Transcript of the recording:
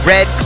Red